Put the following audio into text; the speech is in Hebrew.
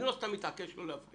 אני לא סתם מתעקש על זה שלא תפריעו.